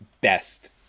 best